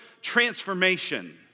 transformation